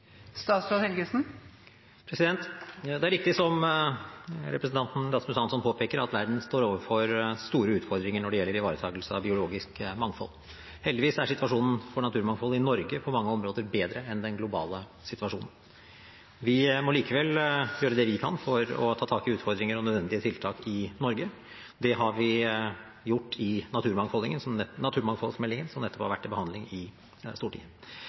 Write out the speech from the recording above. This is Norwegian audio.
Det er riktig som representanten Rasmus Hansson påpeker, at verden står overfor store utfordringer når det gjelder ivaretakelse av biologisk mangfold. Heldigvis er situasjonen for naturmangfoldet i Norge på mange områder bedre enn den globale situasjonen. Vi må likevel gjøre det vi kan for å ta tak i utfordringer og nødvendige tiltak i Norge. Det har vi gjort i naturmangfoldmeldingen, som nettopp har vært til behandling i Stortinget. Politikken som ble vedtatt da, vil bidra til